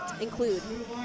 include